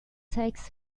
takes